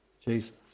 Jesus